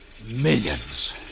Millions